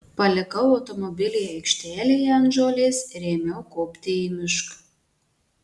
palikau automobilį aikštelėje ant žolės ir ėmiau kopti į mišką